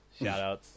Shoutouts